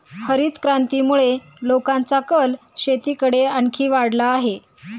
हरितक्रांतीमुळे लोकांचा कल शेतीकडे आणखी वाढला आहे